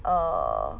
err